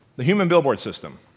the human billboard system.